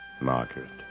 Margaret